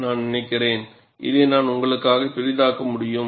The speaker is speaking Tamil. நான் நினைக்கிறேன் இதை நான் உங்களுக்காக பெரிதாக்க முடியும்